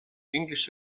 english